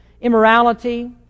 immorality